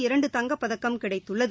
இரண்டு தங்கப்பதக்கம் கிடைத்துள்ளது